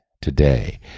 today